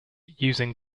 using